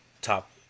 top